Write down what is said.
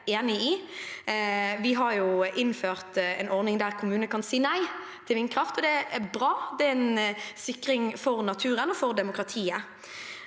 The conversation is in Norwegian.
Vi har jo innført en ordning der kommunene kan si nei til vindkraft, og det er bra. Det er en sikring for naturen og for demokratiet.